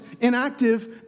inactive